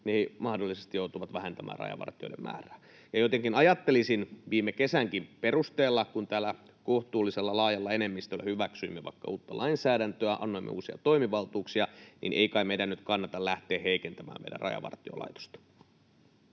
niin mahdollisesti joutuvat vähentämään rajavartijoiden määrää. Jotenkin ajattelisin viime kesänkin perusteella, kun täällä kohtuullisen laajalla enemmistöllä hyväksyimme vaikka uutta lainsäädäntöä, annoimme uusia toimivaltuuksia, niin ei kai meidän nyt kannata lähteä heikentämään meidän Rajavartiolaitosta.